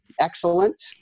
excellent